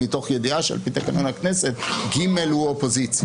מתוך ידיעה שעל פי תקנון הכנסת ג' הוא אופוזיציה.